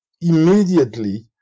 immediately